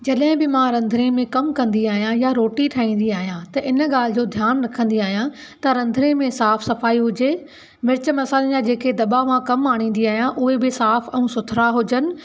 जॾहिं बि मां रंधिणे में कमु कंदी आहियां या रोटी ठाहींदी आहियां त हिन ॻाल्हि जो ध्यानु रखंदी आहियां त रंधिणे में साफ़ु सफ़ाई हुजे मिर्च मसाल्हनि जा जेके दॿा मां कमु आणींदी आहियां उहे बि मां साफ़ु ऐं सुथरा हुजनि